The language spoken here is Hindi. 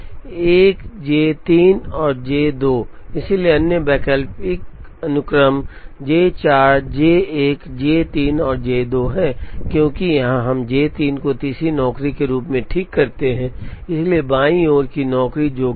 1 जे 3 और जे 2 इसलिए अन्य वैकल्पिक अनुक्रम जे 4 जे 1 जे 3 और जे 2 है क्योंकि यहां हम जे 3 को तीसरी नौकरी के रूप में ठीक करते हैं इसलिए बाईं ओर की नौकरी जो कि जे 2 है चौथी नौकरी होगी